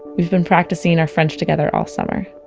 we've been practicing our french together all summer